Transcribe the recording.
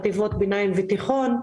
חטיבות ביניים ותיכון.